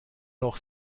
noch